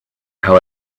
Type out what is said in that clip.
how